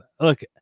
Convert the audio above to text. look